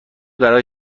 برای